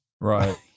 Right